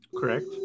Correct